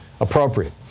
appropriate